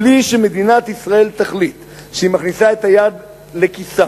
בלי שמדינת ישראל תחליט שהיא מכניסה את היד לכיסה